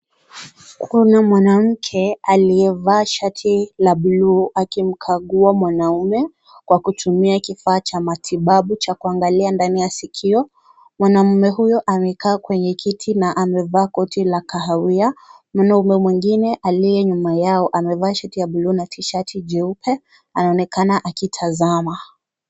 Kuna mwanamke aliyevaa shati la bluu akimkagua mwanamume, kwa kutumia kifaa cha matibabu cha kuangalia ndani ya sikio. Mwanamume huyo amekaa kwenye kiti na amevaa koti la kahawia. Mwanaume mwingine aliye nyuma yao amevaa shati la bluu na tishati jeupa anaonekana akitazama.